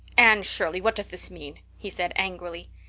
anne shirley, what does this mean? he said angrily.